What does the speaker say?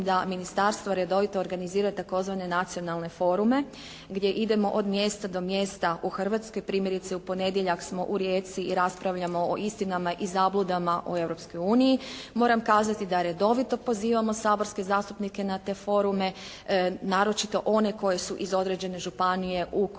da Ministarstvo redovito organizira tzv. nacionalne forume gdje idemo od mjesta do mjesta u Hrvatskoj. Primjerice u ponedjeljak smo u Rijeci i raspravljamo o istinama i zabludama o Europskoj uniji. Moram kazati da redovito pozivamo saborske zastupnike na te forume, naročito one koji su iz određene županije u kojoj